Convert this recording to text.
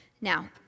Now